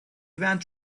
went